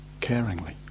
caringly